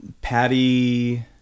Patty